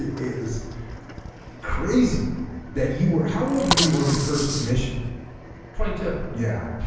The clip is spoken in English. is crazy that you were how old were you on your first mission twenty two yeah